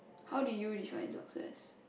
how do you define success